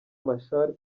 machar